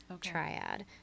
triad